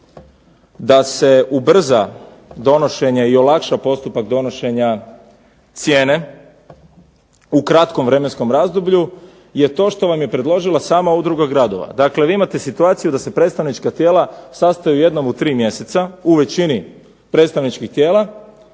da se ubrza donošenje i olakša postupak donošenja cijene, u kratkom vremenskom razdoblju, je to što vam je predložila sama udruga gradova. Dakle vi imate situaciju da se predstavnička tijela sastaju jednom u tri mjeseca, u većini predstavničkih tijela,